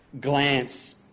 glance